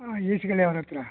ಇಸ್ಗಳಿ ಅವ್ರ ಹತ್ತಿರ